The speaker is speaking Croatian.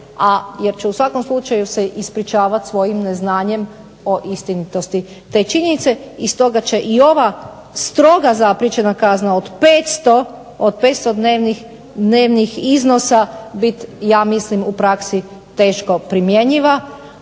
jer će u svakom slučaju se ispričavat svojim neznanjem o istinitosti te činjenice. I stoga će i ova stroga zapriječena kazna od 500 dnevnih iznosa biti ja mislim u praksi teško primjenjiva,